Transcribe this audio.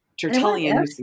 Tertullian